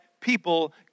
people